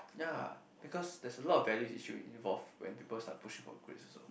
ya because there's a lot of values issue involve when peoples are pushing for grades so